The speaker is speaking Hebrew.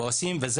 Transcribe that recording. בטרנזיט,